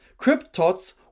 Cryptots